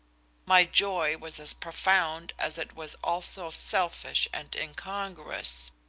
my joy was as profound as it was also selfish and incongruous.